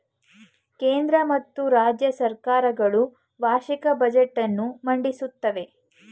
ಕೇಂದ್ರ ಮತ್ತು ರಾಜ್ಯ ಸರ್ಕಾರ ಗಳು ವಾರ್ಷಿಕ ಬಜೆಟ್ ಅನ್ನು ಮಂಡಿಸುತ್ತವೆ